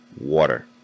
water